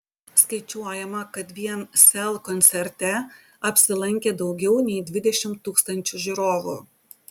skaičiuojama kad vien sel koncerte apsilankė daugiau nei dvidešimt tūkstančių žiūrovų